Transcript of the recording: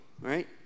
right